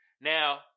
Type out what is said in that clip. Now